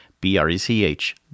B-R-E-C-H